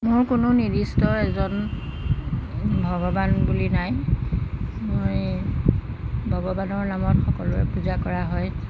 মোৰ কোনো নিৰ্দিষ্ট এজন ভগৱান বুলি নাই মই ভগৱানৰ নামত সকলোৰে পূজা কৰা হয়